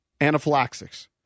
anaphylaxis